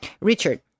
Richard